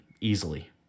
easily